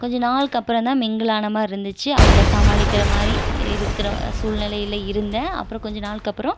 கொஞ்சம் நாளுக்கு அப்புறம் தான் மிங்கிள் ஆன மாதிரி இருந்துச்சு அவங்கள சமாளிக்கிற மாதிரி இருக்கிற சூழ்நிலையில் இருந்தேன் அப்புறம் கொஞ்சம் நாளுக்கு அப்புறம்